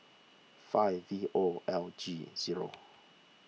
five V O L G zero